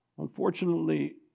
Unfortunately